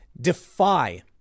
defy